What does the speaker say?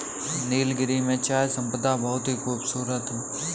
नीलगिरी में चाय संपदा बहुत ही खूबसूरत है